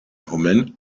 hummeln